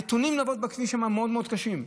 הנתונים לעבודה בכביש מאוד מאוד קשים.